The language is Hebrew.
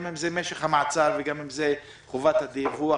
גם אם זה משך המעצר וגם אם זו חובת הדיווח.